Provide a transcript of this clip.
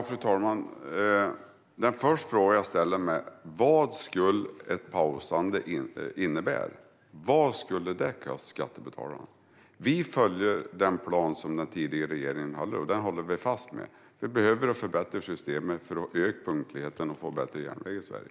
Fru talman! Den första frågan jag ställer mig är vad ett pausande skulle innebära. Vad skulle det kosta skattebetalarna? Vi följer och håller fast vid den plan som den tidigare regeringen tog fram. Vi behöver förbättra systemet för att öka punktligheten och få en bättre järnväg i Sverige.